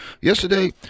Yesterday